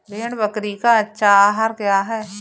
भेड़ बकरी का अच्छा आहार क्या है?